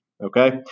Okay